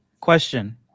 Question